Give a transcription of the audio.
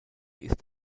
ist